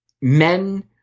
men